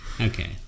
okay